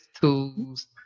tools